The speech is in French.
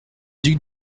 duc